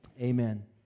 amen